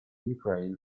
ukraine